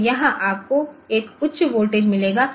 तो यहाँ आपको एक उच्च वोल्टेज मिलेगा